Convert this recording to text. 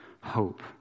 hope